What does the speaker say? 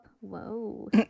Whoa